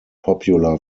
popular